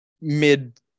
mid